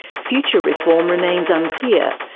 future reform remains unclear,